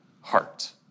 heart